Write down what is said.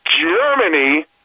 Germany